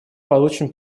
получим